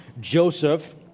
Joseph